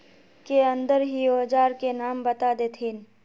के अंदर ही औजार के नाम बता देतहिन?